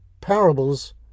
parables